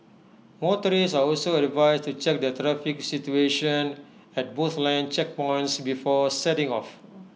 motorists are also advised to check the traffic situation at both land checkpoints before setting off